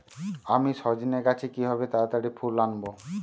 আমি সজনে গাছে কিভাবে তাড়াতাড়ি ফুল আনব?